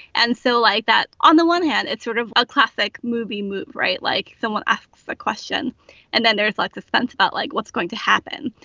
and so like that on the one hand it's sort of a classic movie move right like someone asks the question and then there's like the fence about like what's going to happen.